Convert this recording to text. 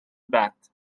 بعد